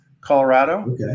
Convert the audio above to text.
Colorado